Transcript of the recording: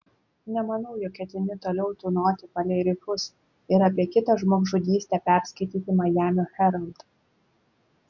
nemanau jog ketini toliau tūnoti palei rifus ir apie kitą žmogžudystę perskaityti majamio herald